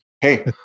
hey